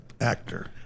actor